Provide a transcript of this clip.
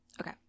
Okay